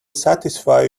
satisfy